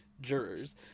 jurors